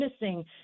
missing